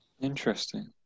Interesting